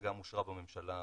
שגם אושרה בממשלה